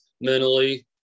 mentally